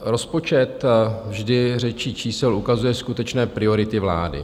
Rozpočet vždy řečí čísel ukazuje skutečné priority vlády.